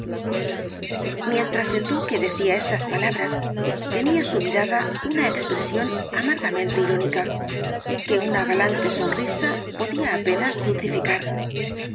mientras el duque decía estas palabras tenía su mirada una expresión amargamente irónica que una galante sonrisa podía apenas dulcificar